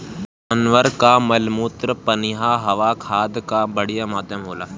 जानवर कअ मलमूत्र पनियहवा खाद कअ बढ़िया माध्यम होला